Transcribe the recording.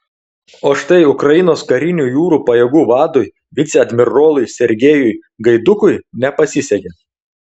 o štai ukrainos karinių jūrų pajėgų vadui viceadmirolui sergejui gaidukui nepasisekė